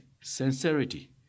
sincerity